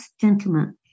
gentlemen